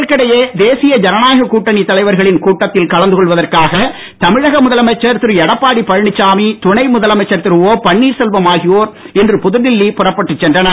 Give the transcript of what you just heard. இதற்கிடையே தேசிய ஜனநாயக கூட்டணித் தலைவர்களின் கூட்டத்தில் கலந்து கொள்வதற்காக தமிழக முதலமைச்சர் திரு எடப்பாடி பழனிச்சாமி துணை முதலமைச்சர் திரு ஓ பன்னீர்செல்வம் ஆகியோர் இன்று புதுடெல்லி புறப்பட்டுச் சென்றனர்